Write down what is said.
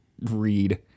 read